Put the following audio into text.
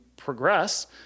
progress